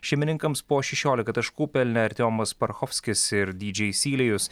šeimininkams po šešiolika taškų pelnė artiomas parchovskis ir dydžei sylėjus